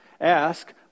ask